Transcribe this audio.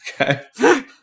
Okay